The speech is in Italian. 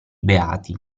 beati